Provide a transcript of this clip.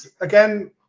again